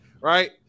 right